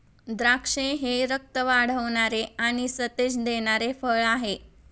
द्राक्षे हे रक्त वाढवणारे आणि सतेज देणारे फळ आहे